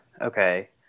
okay